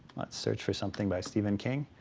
let's search for something by stephen king.